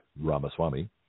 Ramaswamy